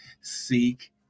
Seek